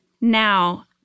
Now